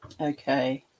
Okay